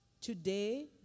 Today